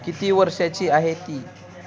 किती वर्षाची आहे ती